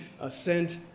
assent